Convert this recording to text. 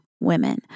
women